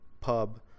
pub